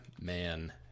Man